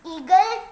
Eagle